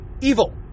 Evil